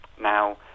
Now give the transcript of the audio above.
Now